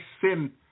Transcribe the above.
sin